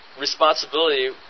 responsibility